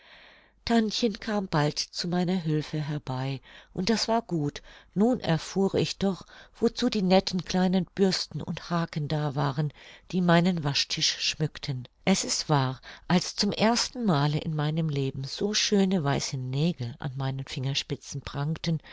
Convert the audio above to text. tantchen kam bald zu meiner hülfe herbei und das war gut nun erfuhr ich doch wozu die netten kleinen bürsten und haken da waren die meinen waschtisch schmückten es ist wahr als zum ersten male in meinem leben so schöne weiße nägel an meinen fingerspitzen prangten